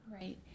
Right